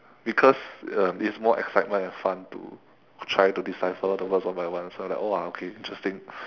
because uh it's more excitement and fun to try to decipher the words on my own so I'm like !wah! okay interesting